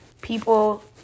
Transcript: people